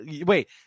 Wait